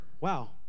wow